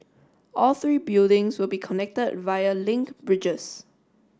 all three buildings will be connected via link bridges